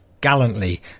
gallantly